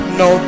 no